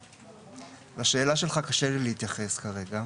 לשאלה שלך קשה לי להתייחס כרגע.